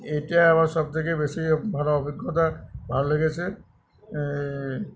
এটাই আমার সব থেকে বেশি ভালো অভিজ্ঞতা ভালো লেগেছে